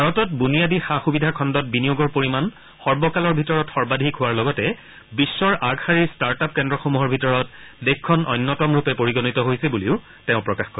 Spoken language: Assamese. ভাৰতত বুনিয়াদী সা সুবিধা খণ্ডত বিনিয়োগৰ পৰিমাণ সৰ্বকালৰ ভিতৰত সৰ্বাধিক হোৱাৰ লগতে বিধৰ আগশাৰীৰ ষ্টাৰ্টআপ কেন্স্ৰসমূহৰ ভিতৰত দেশখন অন্যতমৰূপে পৰিগণিত হৈছে বুলিও তেওঁ প্ৰকাশ কৰে